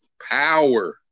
power